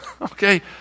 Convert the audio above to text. Okay